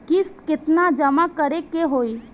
किस्त केतना जमा करे के होई?